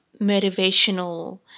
motivational